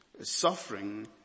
Suffering